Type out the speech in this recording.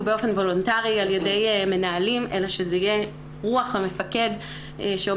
באופן וולנטרי על ידי מנהלים אלא שזאת תהיה רוח המפקד שעומד